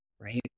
right